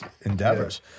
endeavors